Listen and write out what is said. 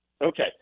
Okay